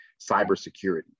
cybersecurity